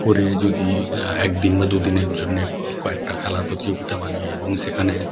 করে যদি এক দিন বা দু দিনের জন্যে কয়েকটা খেলার প্রতিযোগিতা বানিয়ে এবং সেখানে